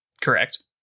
Correct